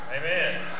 Amen